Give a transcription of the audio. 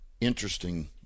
interesting